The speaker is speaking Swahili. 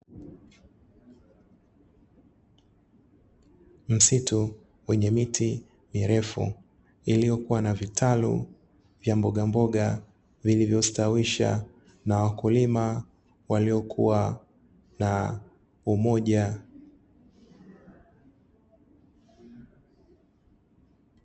Msitu wenye miti mirefu iliyokuwa na vitalu vya mbogamboga, vilivyostawishwa na wakulima waliokuwa na umoja.